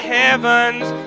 heaven's